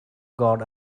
god